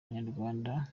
abanyarwanda